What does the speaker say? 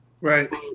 right